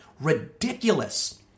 ridiculous